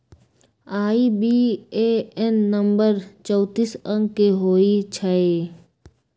IBAN number चौतीस अंक के होइ छइ